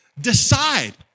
Decide